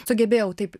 sugebėjau taip